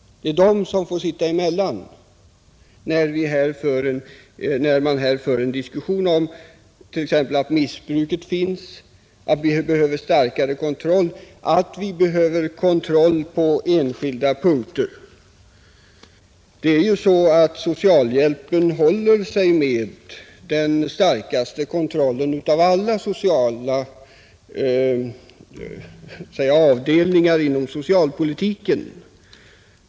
Det är de som får sitta emellan när man här för en diskussion om t.ex. att missbruk finns och att vi behöver starkare kontroll på enskilda punkter, Socialhjälpen håller sig ju redan nu med den starkaste kontrollen av alla sociala avsnitt inom socialpolitiken.